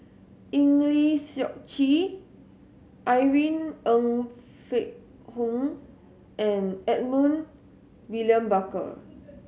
Eng Lee Seok Chee Irene Ng Phek Hoong and Edmund William Barker